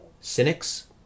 cynics